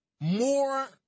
More